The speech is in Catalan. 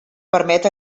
permet